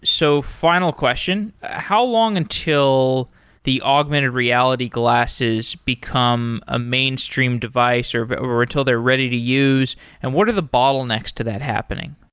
so final question how long until the augmented reality glasses become a mainstream device or but or until they're ready to use and what are the bottlenecks to that happening?